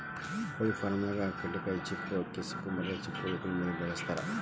ಕೊಳಿ ಫಾರ್ಮನ್ಯಾಗ ಕಡ್ಲಿಕಾಯಿ ಚಿಪ್ಪು ಅಕ್ಕಿ ಸಿಪ್ಪಿ ಮರದ ಸಿಪ್ಪಿ ಇವುಗಳ ಮೇಲೆ ಬೆಳಸತಾರ